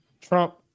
Trump